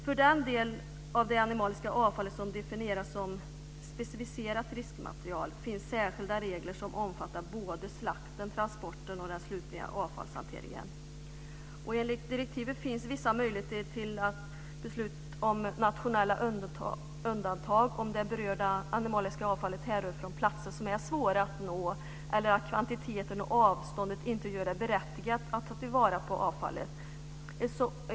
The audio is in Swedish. För den del av det animaliska avfallet som definieras som specificerat riskmaterial finns särskilda regler som omfattar både slakten, transporten och den slutliga avfallshanteringen. Enligt direktivet finns vissa möjligheter att besluta om nationella undantag om det berörda animaliska avfallet härrör från platser som är svåra att nå eller om kvantiteten och avståndet inte gör det berättigat att ta vara på avfallet.